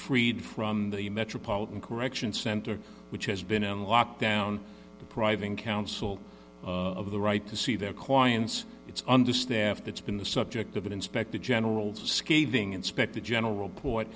freed from the metropolitan correction center which has been in lockdown depriving counsel of the right to see their clients it's understaffed it's been the subject of an inspector general's scathing inspector general report